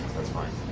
that's fine.